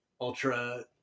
ultra